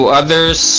others